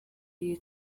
iyi